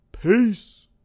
peace